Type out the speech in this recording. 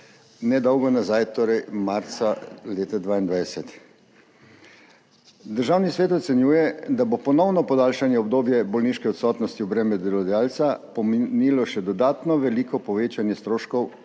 nedolgo nazaj, torej marca leta 2022. Državni svet ocenjuje, da bo ponovno podaljšanje obdobja bolniške odsotnosti v breme delodajalca pomenilo še dodatno veliko povečanje stroškov